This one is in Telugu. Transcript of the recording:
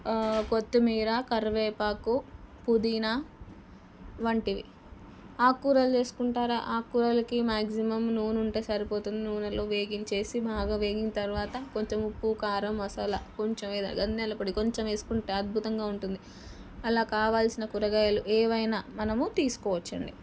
కొత్తిమీర కరివేపాకు పుదీనా వంటివి ఆకు కూరలు చేసుకుంటారా ఆకు కూరాలకి మ్యాక్జిమం నూనె ఉంటే సరిపోతుంది నూనెలో వేగించేసి బాగా వేగిన తరువాత కొంచెం ఉప్పు కారం మసాలా కొంచెం ధనియాల పొడి కొంచెం వేసుకుంటే అద్భుతంగా ఉంటుంది అలా కావాలసిన కూరగాయలు ఏవైనా మనము తీసుకోవచ్చు అండి